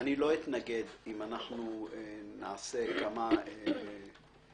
אפשרות ערר תתאפשר בכל מקרה על התעריפים המוגדלים.